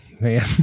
man